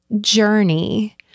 journey